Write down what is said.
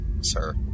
sir